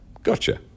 Gotcha